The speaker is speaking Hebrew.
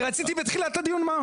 אני רציתי מתחילת הדיון.